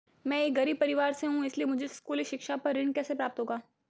मैं एक गरीब परिवार से हूं इसलिए मुझे स्कूली शिक्षा पर ऋण कैसे प्राप्त होगा?